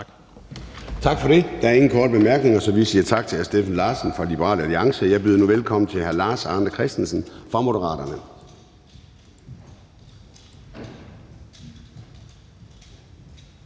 Tak for det. Der er ingen korte bemærkninger, så vi siger tak til hr. Steffen Larsen fra Liberal Alliance. Jeg byder nu velkommen til hr. Lars Arne Christensen fra Moderaterne.